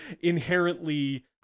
inherently